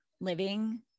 living